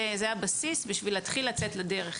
זה הבסיס בשביל להתחיל לצאת לדרך.